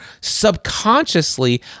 Subconsciously